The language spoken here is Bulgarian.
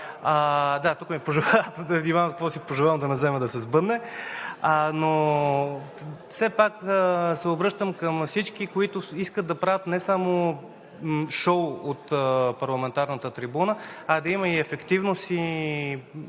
Да, тук ми казват да внимавам какво си пожелавам, да не вземе да се сбъдне. Но все пак се обръщам към всички, които искат да правят не само шоу от парламентарната трибуна, а да има ефективност и